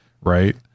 Right